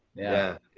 yeah.